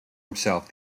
himself